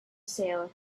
sale